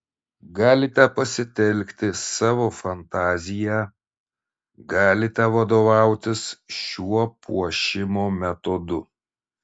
galite pasitelkti savo fantaziją galite vadovautis šiuo puošimo metodu